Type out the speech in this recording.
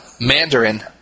Mandarin